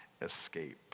escape